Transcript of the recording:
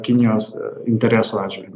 kinijos interesų atžvilgiu